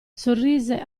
sorrise